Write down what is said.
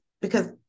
because-